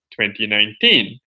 2019